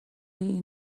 این